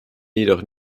jedoch